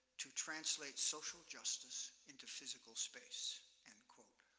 to translate social justice into physical space, end quote.